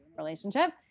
relationship